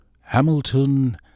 Hamilton